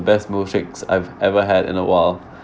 best milkshakes I've ever had in a while